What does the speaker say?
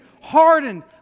hardened